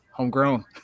Homegrown